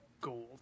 gold